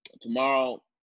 tomorrow